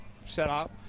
setup